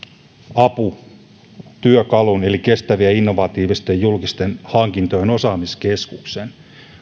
aputyökalun eli kestävien ja innovatiivisten julkisten hankintojen osaamiskeskuksen